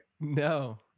No